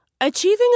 Achieving